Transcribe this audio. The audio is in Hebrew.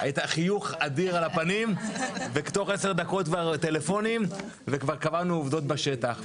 חיוך אדיר על הפנים ותוך עשר דקות טלפונים וכבר קבענו עובדות בשטח.